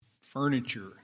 furniture